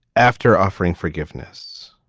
after offering forgiveness,